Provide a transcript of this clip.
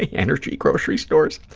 high-energy grocery stores?